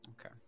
Okay